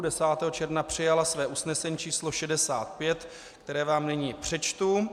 10. června přijala své usnesení číslo 65, které vám nyní přečtu.